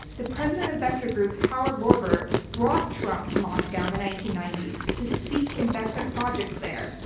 the president of vector group, howard lorber brought trump to moscow in the nineteen ninety s to seek investment projects there.